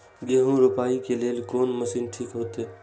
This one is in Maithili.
गेहूं रोपाई के लेल कोन मशीन ठीक होते?